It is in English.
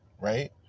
Right